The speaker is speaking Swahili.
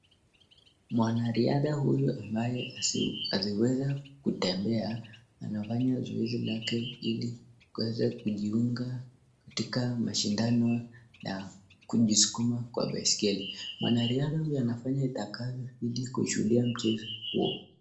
Mwanariadha huyu ambaye asiweze kutembea anafanya zoezi lake ili aweze kujiunga katika mashindano la kujiskuma kwa baiskeli. Mwanariadha huyo anafanya itakavyo ili kushuhudia mchezo huo.